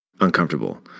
uncomfortable